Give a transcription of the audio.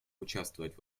участвовать